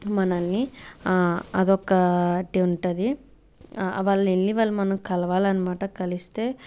మనల్ని అదొకటి ఉంటుంది వాళ్ళను వెళ్ళి మనం కలవాలి అన్నమాట కలిస్తే